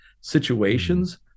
situations